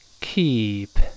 keep